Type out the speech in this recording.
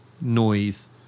noise